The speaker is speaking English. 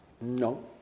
No